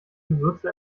gewürze